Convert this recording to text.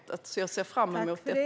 Jag ser alltså fram emot det.